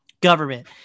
government